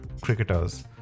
cricketers